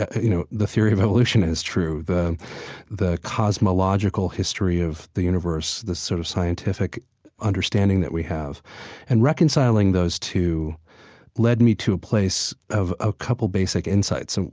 you know, the theory of evolution is true. the the cosmological history of the universe, the sort of scientific understanding that we have and reconciling those two led me to a place of a couple basic insights. so